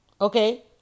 Okay